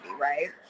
right